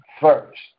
first